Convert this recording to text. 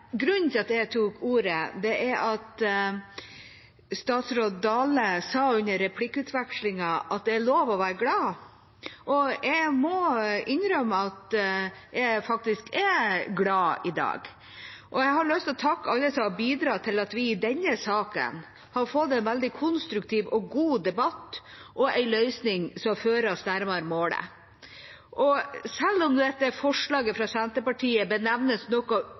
grunnen til at jeg tok ordet, er at statsråd Dale i replikkordskiftet sa at det er lov å være glad. Og jeg må innrømme at jeg faktisk er glad i dag. Jeg har lyst til å takke alle som har bidratt til at vi i denne saken har fått en veldig konstruktiv og god debatt og en løsning som fører oss nærmere målet. Selv om forslaget fra Senterpartiet benevnes noe